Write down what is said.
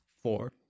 Four